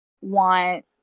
want